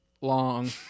long